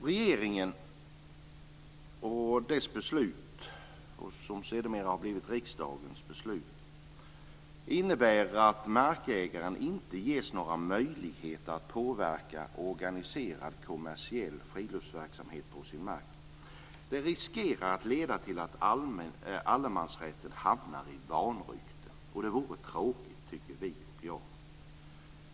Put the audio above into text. Regeringens beslut, som sedermera har blivit riksdagens beslut, innebär att markägaren inte ges några möjligheter att påverka organiserad kommersiell friluftsverksamhet på sin mark. Det riskerar att leda till att allemansrätten hamnar i vanrykte, och det vore tråkigt, tycker jag.